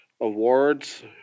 awards